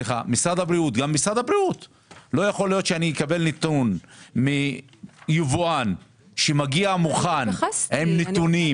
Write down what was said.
לא יכול להיות שאני אקבל נתון מיבואן שמגיע מוכן עם נתונים